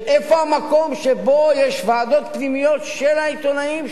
של איפה המקום שבו יש ועדות פנימיות של העיתונאים,